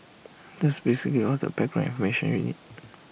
that's basically all the background information you need